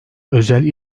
özel